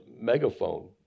megaphone